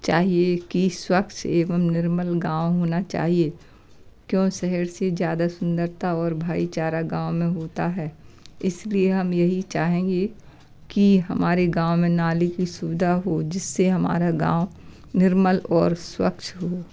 चाहिए कि स्वच्छ एवं निर्मल गाँव होना चाहिए क्यों शहर से ज़्यादा सुंदरता और भाईचारा गाँव में होता है इस लिए हम यही चाहेंगे कि हमारे गाँव में नाली की सुविधा हो जिससे हमारा गाँव निर्मल और स्वच्छ हो